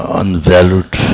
unvalued